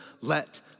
Let